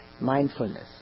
mindfulness